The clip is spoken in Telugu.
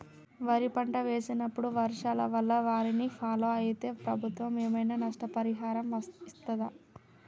వరి పంట వేసినప్పుడు వర్షాల వల్ల వారిని ఫాలో అయితే ప్రభుత్వం ఏమైనా నష్టపరిహారం ఇస్తదా?